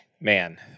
man